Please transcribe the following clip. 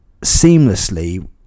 seamlessly